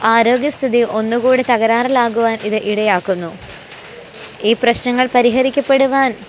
ആരോഗ്യസ്ഥിതി ഒന്നു കൂടി തകരാറിലാകുവാൻ ഇത് ഇടയാക്കുന്നു ഈ പ്രശ്നങ്ങൾ പരിഹരിക്കപ്പെടുവാൻ